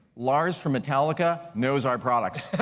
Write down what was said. lars from metallica knows our products,